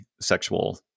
sexual